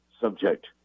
subject